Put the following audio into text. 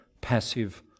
passive